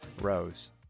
Rose